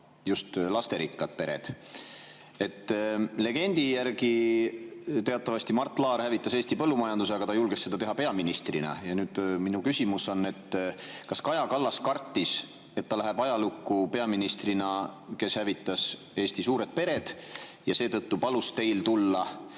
just lasterikkad pered. Legendi järgi teatavasti Mart Laar hävitas Eesti põllumajanduse, aga ta julges seda peaministrina teha. Minu küsimus on: kas Kaja Kallas kartis, et ta läheb ajalukku peaministrina, kes hävitas Eesti suured pered, ja ei julgenud